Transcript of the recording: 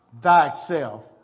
thyself